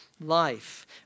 life